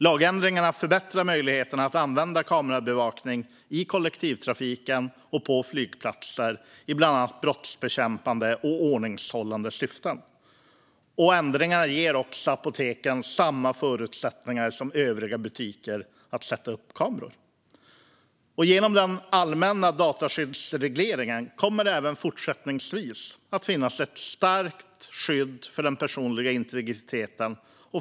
Lagändringarna förbättrar möjligheterna att använda kamerabevakning i kollektivtrafiken och på flygplatser i bland annat brottsbekämpande och ordningshållande syften. Ändringarna ger också apoteken samma förutsättningar som övriga butiker att sätta upp kameror. Genom den allmänna dataskyddsregleringen kommer det även fortsättningsvis att finnas ett starkt skydd för den personliga integriteten.